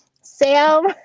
Sam